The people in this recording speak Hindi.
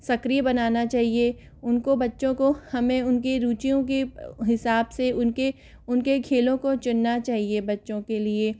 सक्रिय बनाना चाहिए उनको बच्चों को हमें उनके रुचियों के हिसाब से उनके उनके खेलों को चुनना चाहिए बच्चों के लिए